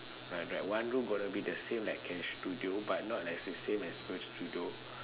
right right one room going to be the same like K studio but not like the same as first studio